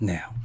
Now